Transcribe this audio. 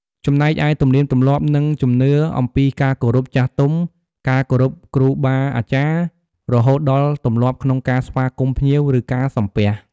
ចំណែកឯទំនៀមទម្លាប់ និងជំនឿអំពីការគោរពចាស់ទុំ ការគោរពគ្រូបាអាចារ្យ រហូតដល់ទម្លាប់ក្នុងការស្វាគមន៍ភ្ញៀវ ឬការសំពះ។